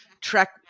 track